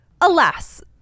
Alas